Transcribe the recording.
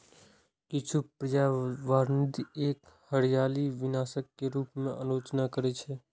किछु पर्यावरणवादी एकर हरियाली विनाशक के रूप मे आलोचना करै छै